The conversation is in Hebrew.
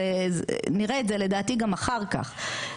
זה נראה את זה לדעתי גם אחר כך.